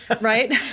right